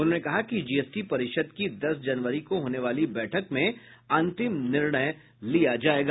उन्होंने कहा कि जीएसटी परिषद की दस जनवरी को होने वाली बैठक में अंतिम निर्णय लिया जायेगा